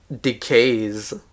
decays